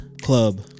Club